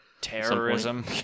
Terrorism